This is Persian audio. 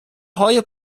های